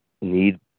need